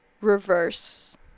reverse